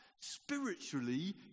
spiritually